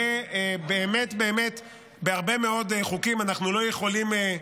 באמת באמת, בהרבה מאוד חוקים אנחנו לא יכולים,